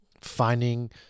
finding